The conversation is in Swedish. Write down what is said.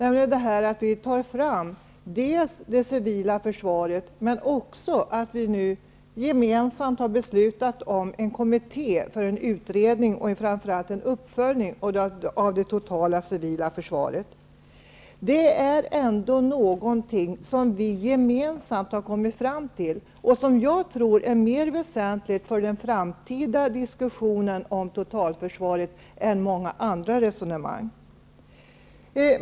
Vi tar t.ex. fram det civila försvaret. Men vi har också gemensamt beslutat om en kommitté för en utredning av det totala civila försvaret, och framför allt en uppföljning. Det är ändå någonting som vi gemensamt har kommit fram till och som jag tror är mer väsentligt för den framtida diskussionen om totalförsvaret än många andra resonemang.